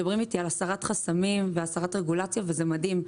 מדברים איתי על הסרת חסמים ועל הסרת רגולציה וזה מדהים,